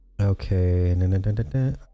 Okay